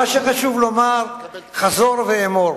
חזור ואמור,